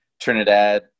Trinidad